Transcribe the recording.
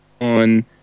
on